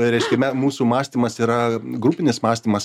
reiškia me mūsų mąstymas yra grupinis mąstymas